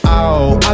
out